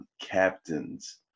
captains